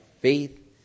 faith